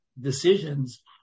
decisions